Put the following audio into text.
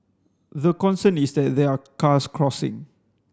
the concern is that there are cars crossing